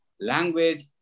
language